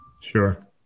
Sure